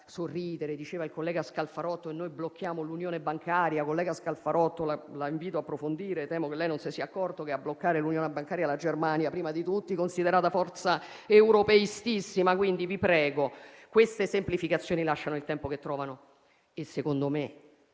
Diceva il collega Scalfarotto che noi blocchiamo l'unione bancaria. Collega Scalfarotto, la invito a approfondire: temo che lei non si sia accorto che a bloccare l'unione bancaria è la Germania prima di tutti, considerata forza europeistissima. Quindi, vi prego: queste semplificazioni lasciano il tempo che trovano e secondo me,